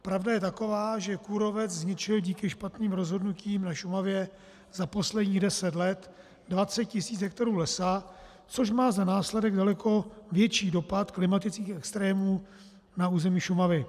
Pravda je taková, že kůrovec zničil díky špatným rozhodnutím na Šumavě za posledních deset let 20 tisíc hektarů lesa, což má za následek daleko větší dopad klimatických extrémů na území Šumavy.